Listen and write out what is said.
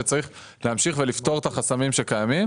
שצריך להמשיך ולפתור את החסמים שקיימים.